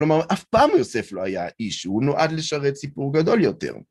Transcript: כלומר, אף פעם יוסף לא היה איש, הוא נועד לשרת סיפור גדול יותר.